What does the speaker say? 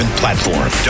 platform